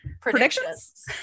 predictions